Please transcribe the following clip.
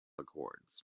accords